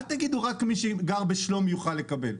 אל תגידו שרק מי שגר בשלומי יוכל לקבל.